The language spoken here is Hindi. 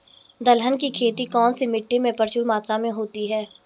दलहन की खेती कौन सी मिट्टी में प्रचुर मात्रा में होती है?